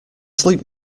sleep